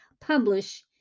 publish